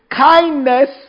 kindness